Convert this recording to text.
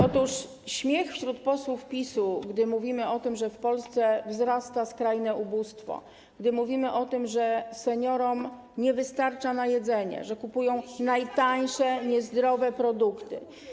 Otóż jest śmiech wśród posłów PiS-u, gdy mówimy o tym, że w Polsce wzrasta skrajne ubóstwo, gdy mówimy o tym, że seniorom nie wystarcza na jedzenie, że kupują najtańsze niezdrowe produkty.